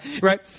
right